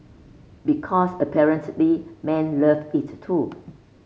because apparently men love it too